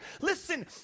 listen